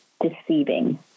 deceiving